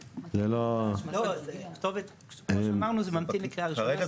כמו שאמרנו זה ממתין לקריאה ראשונה כמו שאמרנו